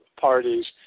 parties